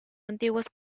antiguos